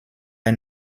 est